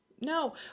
No